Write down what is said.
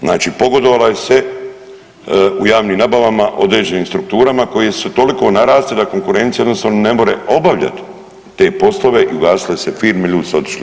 Znači pogodovalo se u javnim nabavama određenim strukturama koje su toliko narasle da konkurencija odnosno ne more obavljati te poslove i ugasile se firme, ljudi su otišli.